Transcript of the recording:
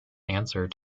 answer